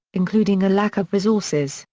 including a lack of resources,